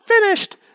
Finished